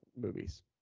movies